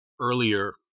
earlier